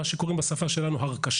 מה שנקרא בשפה שלנו הרכשה,